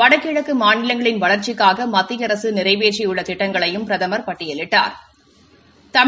வடகிழக்கு மாநிலங்களின் வளர்ச்சிக்காக மத்திய அரசு நிறைவேற்றியுள்ள திட்டங்களையும் பிரதம் பட்டியலிட்டாா்